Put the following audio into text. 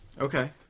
Okay